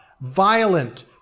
violent